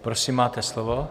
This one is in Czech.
Prosím máte slovo.